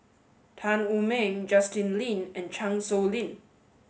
Tan Wu Meng Justin Lean and Chan Sow Lin